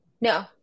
no